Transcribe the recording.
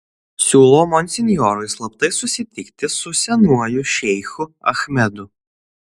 siūlo monsinjorui slaptai susitikti su senuoju šeichu achmedu